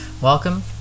Welcome